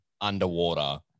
underwater